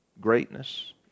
greatness